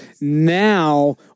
now